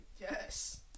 Yes